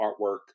artwork